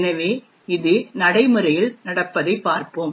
எனவே இது நடைமுறையில் நடப்பதைப் பார்ப்போம்